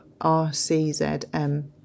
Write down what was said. RCZM